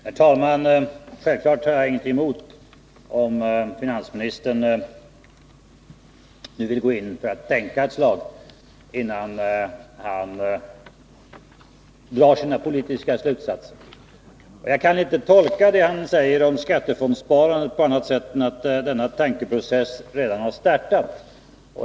Herr talman! Självfallet har jag ingenting emot att finansministern nu vill tänka ett slag, innan har drar sina politiska slutsatser. Jag kan inte tolka det han säger om skattefondssparandet på annat sätt än att denna tankeprocess redan har börjat.